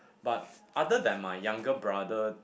but other than my younger brother